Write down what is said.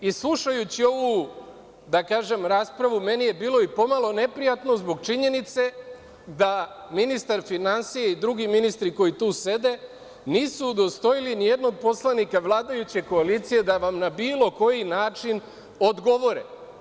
Slušajući ovu raspravu, meni je bilo pomalo neprijatno zbog činjenice da ministar finansija i drugi ministri koji tu sede, nisu se udostojili nijednog poslanika vladajuće koalicije da vam na bilo koji način odgovore.